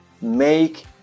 make